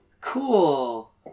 Cool